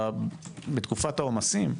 אציין, שבתקופת העומסים,